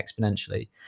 exponentially